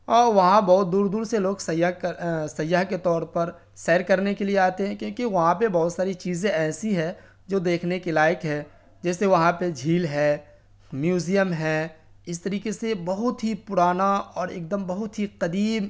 اور وہاں بہت دور دور سے لوگ سیاح کے طور پر سیر کرنے کے لیے آتے ہیں کیونکہ وہاں پہ بہت ساری چیزیں ایسی ہے جو دیکھنے کے لائق ہے جیسے وہاں پہ جھیل ہے میوزیم ہے اس طریقے سے بہت ہی پرانا اور ایک دم بہت ہی قدیم